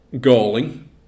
galling